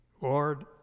Lord